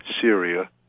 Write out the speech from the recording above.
Syria